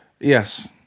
yes